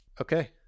Okay